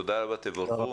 תודה רבה, תבורכו.